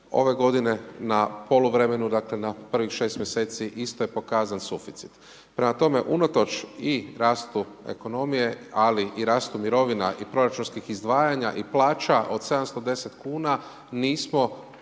ove g. na poluvremenu, dakle, na prvih 6 mj. isto je pokazan suficit. Prema tome, unatoč i rastu ekonomije, ali i rastu mirovina i proračunskih izdvajanja i plaća od 710 kn, nismo